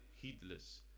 heedless